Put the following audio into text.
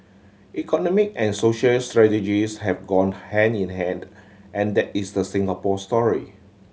economy and social strategies have gone hand in hand and that is the Singapore story